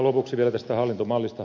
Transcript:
lopuksi vielä tästä hallintomallista